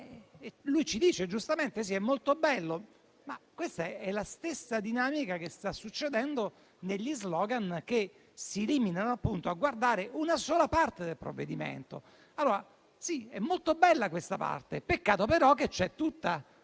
Egli ci dice, giustamente, che è molto bello, ma questa è la stessa dinamica che sta succedendo negli *slogan*, che si limitano appunto a guardare una sola parte del provvedimento. Sì, è molto bella questa parte, peccato però che ci sia tutta